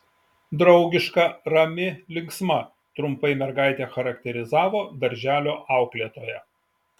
draugiška rami linksma trumpai mergaitę charakterizavo darželio auklėtoja